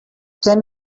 can